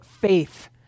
Faith